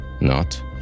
not-